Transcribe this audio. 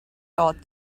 thought